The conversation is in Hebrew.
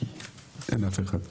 אין אף אחד.